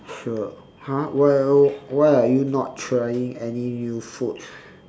sure !huh! well why are you not trying any new food